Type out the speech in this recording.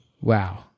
Wow